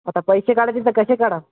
आता पैसे काढायच आहेत तर कसे काढा